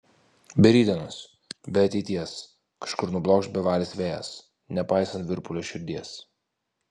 be rytdienos be ateities kažkur nublokš bevalis vėjas nepaisant virpulio širdies